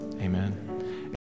amen